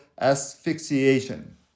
asphyxiation